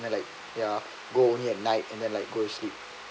and like ya go only at night and then like go to sleep